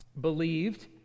believed